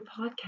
podcast